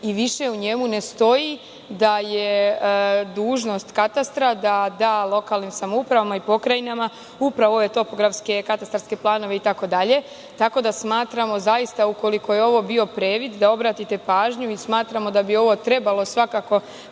i više u njemu ne stoji da je dužnost katastra da da lokalnim samoupravama i pokrajinama upravo ove topografske, katastarske planove itd. Tako da smatramo, da zaista ukoliko je ovo bio previd da obratite pažnju i smatramo da bi ovo trebalo svakako